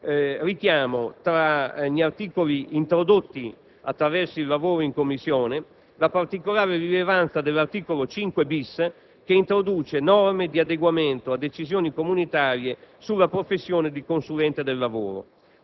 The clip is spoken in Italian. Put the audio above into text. richiamo, per gli articoli introdotti attraverso il lavoro in Commissione, la particolare rilevanza dell'articolo 5-*bis*, che introduce norme di adeguamento a decisioni comunitarie sulla professione di consulente del lavoro.